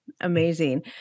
amazing